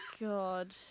god